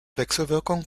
wechselwirkung